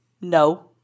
No